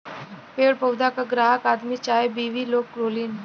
पेड़ पउधा क ग्राहक आदमी चाहे बिवी लोग होलीन